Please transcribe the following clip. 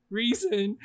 reason